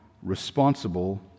responsible